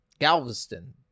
Galveston